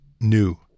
new